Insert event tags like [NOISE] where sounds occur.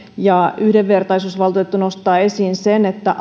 ja yhdenvertaisuusvaltuutettu nostaa esiin sen että [UNINTELLIGIBLE]